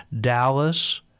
Dallas